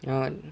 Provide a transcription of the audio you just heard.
ya want